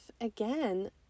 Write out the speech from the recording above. again